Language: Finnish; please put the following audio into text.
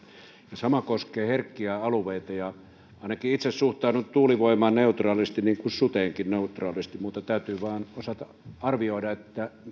ja sama koskee herkkiä alueita ainakin itse suhtaudun tuulivoimaan neutraalisti niin kuin suhtaudun suteenkin neutraalisti mutta täytyy vain osata arvioida